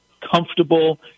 comfortable